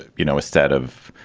you know, instead of